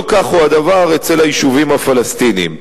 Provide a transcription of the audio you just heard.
לא כך הוא הדבר אצל היישובים הפלסטיניים.